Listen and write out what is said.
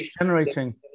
generating